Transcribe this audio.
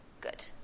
Good